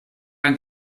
ein